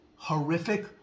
horrific